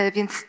Więc